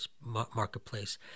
marketplace